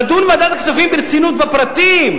נדון בוועדת הכספים ברצינות בפרטים,